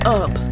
up